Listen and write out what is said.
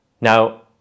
Now